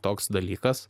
toks dalykas